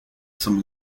some